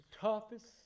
toughest